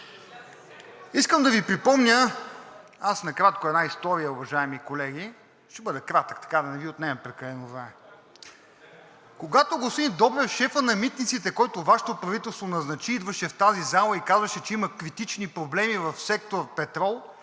Искам да Ви припомня накратко една история, уважаеми колеги. Ще бъда кратък, да не Ви отнемам прекалено време. Когато, господин Добрев, шефът на Митниците, който Вашето правителство назначи, идваше в тази зала и казваше, че има критични проблеми в сектор „Петрол“,